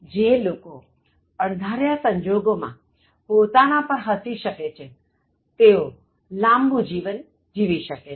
જે લોકો અણધાર્યા સંજોગોમાં પોતાના ઉપર હસી શકે છે તેઓ લાંબુ જીવન જીવી શકે છે